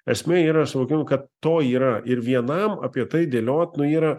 esmė yra suvokim kad to yra ir vienam apie tai dėliot nu yra